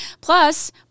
Plus